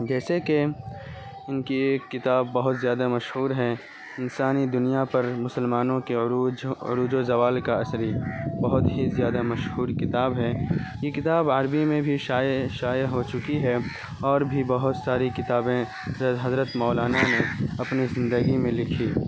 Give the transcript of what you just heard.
جیسے کہ ان کی ایک کتاب بہت زیادہ مشہور ہے انسانی دنیا پر مسلمانوں کے عروج عروج و جوال کا اثری بہت ہی زیادہ مشہور کتاب ہے یہ کتاب عربی میں بھی شائع شائع ہو چکی ہے اور بھی بہت ساری کتابیں حضرت مولانا نے اپنی زندگی میں لکھی